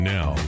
Now